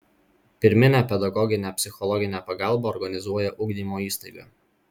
pirminę pedagoginę psichologinę pagalbą organizuoja ugdymo įstaiga